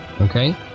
okay